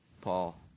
Paul